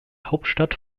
hauptstadt